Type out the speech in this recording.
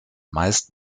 meist